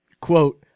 quote